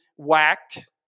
whacked